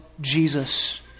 Jesus